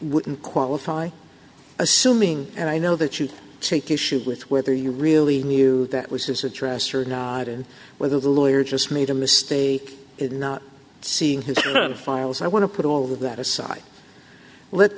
wouldn't qualify assuming and i know that you take issue with whether you really knew that was his address or not and whether the lawyer just made a mistake in not seeing his files i want to put all that aside let